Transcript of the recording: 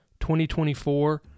2024